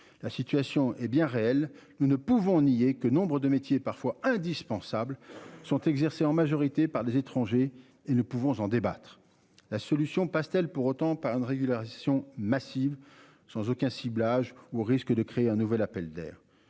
La situation est bien réelle. Nous ne pouvons nier que nombres de métier parfois indispensable sont exercés en majorité par des étrangers et ne pouvons en débattre. La solution passe-t-elle pour autant par une régularisation massive sans aucun ciblage ou risque de créer un nouvel appel d'air.